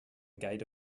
gate